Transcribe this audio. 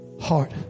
heart